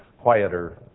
quieter